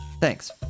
Thanks